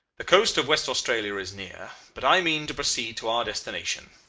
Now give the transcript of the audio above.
the coast of west australia is near, but i mean to proceed to our destination.